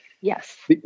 yes